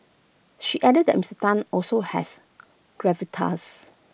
she added that Mister Tan also has gravitas